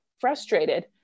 frustrated